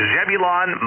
Zebulon